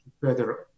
further